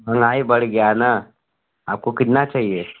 महंगाई बढ़ गया ना आपको कितना चाहिए